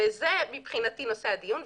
זה מבחינתי נושא הדיון.